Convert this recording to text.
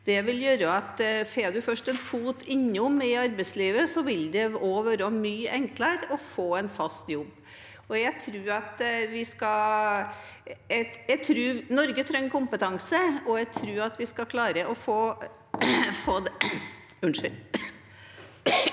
Det vil gjøre at hvis en først får en fot innenfor arbeidslivet, vil det også være mye enklere å få en fast jobb. Norge trenger kompetanse, og jeg tror at vi skal klare å få det …